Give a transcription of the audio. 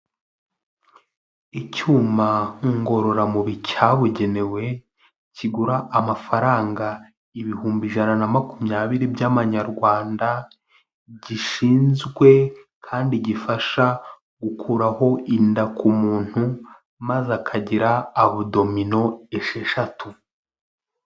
Icyuma ngororamubiri cyabugenewe kigura amafaranga ibihumbi ijana na makumyabiri by'amanyarwanda, gishinzwe kandi gifasha gukuraho inda ku muntu, maze akagira abudomino esheshatu.